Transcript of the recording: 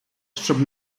щоб